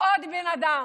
עוד בן אדם.